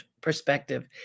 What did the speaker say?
perspective